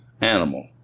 animal